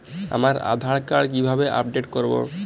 আমার আধার কার্ড কিভাবে আপডেট করব?